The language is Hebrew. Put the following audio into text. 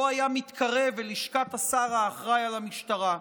היה מתקרב אל לשכת השר האחראי למשטרה.